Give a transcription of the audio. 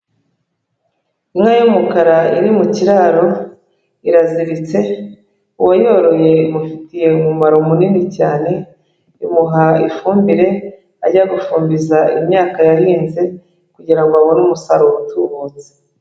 Inka y'umukara iri mu kiraro iraziritse, uwayoroye imufitiye umumaro munini cyane, imuha ifumbire ajya gufumbiza imyaka yahinze kugira ngo abone umusaruro utubutse.